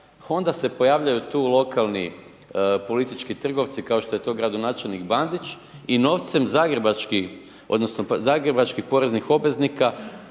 onda će pojavljuju tu lokalni politički trgovci, kao što je to gradonačelnik Bandić, i novcem zagrebačkih, odnosno zagrebačkih poreznih obveznika,